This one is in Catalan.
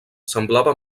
semblava